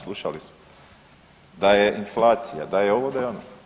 Slušali smo da je inflacija, da je ovo, da je ono.